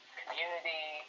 community